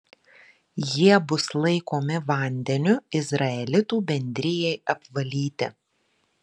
jie bus laikomi vandeniu izraelitų bendrijai apvalyti